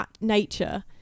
nature